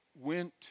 went